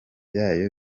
yayo